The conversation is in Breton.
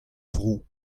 vro